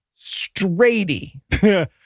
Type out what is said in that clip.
Straighty